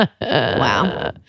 Wow